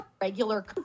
regular